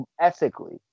ethically